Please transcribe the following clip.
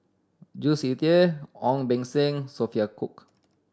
Jules Itier Ong Beng Seng Sophia Cooke